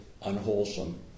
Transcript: unwholesome